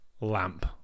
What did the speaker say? Lamp